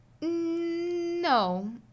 no